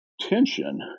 tension